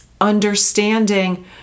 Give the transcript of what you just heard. understanding